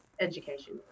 education